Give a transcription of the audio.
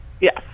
Yes